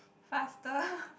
faster